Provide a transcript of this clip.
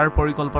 um political but